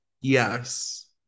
Yes